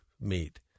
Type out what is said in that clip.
meet